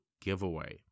giveaway